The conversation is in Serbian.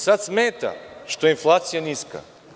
Sada smeta što je inflacija niska.